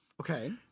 Okay